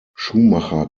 schumacher